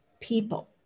people